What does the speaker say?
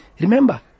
Remember